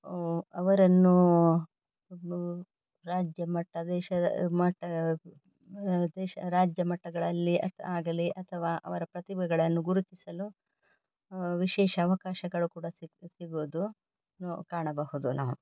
ಅವರನ್ನು ರಾಜ್ಯ ಮಟ್ಟ ದೇಶದ ಮಟ್ಟ ದೇಶ ರಾಜ್ಯಮಟ್ಟಗಳಲ್ಲಿ ಆಗಲಿ ಅಥವಾ ಅವರ ಪ್ರತಿಭೆಗಳನ್ನು ಗುರುತಿಸಲು ವಿಶೇಷ ಅವಕಾಶಗಳು ಕೂಡ ಸಿಕ್ಕು ಸಿಗೋದು ನೊ ಕಾಣಬಹುದು ನಾವು